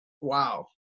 wow